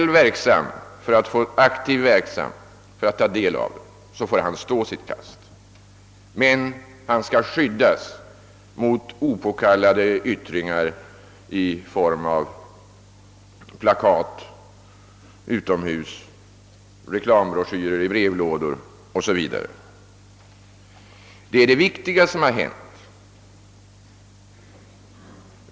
I den mån han själv är aktivt verksam för att få ta del av dem får han stå sitt kast, men han skall skyddas mot opåkallade yttringar av detta slag i form av plakat utomhus, reklambroschyrer i brevlådor 0. s. v. Detta är det viktiga som har hänt.